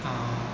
आओर